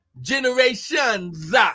generations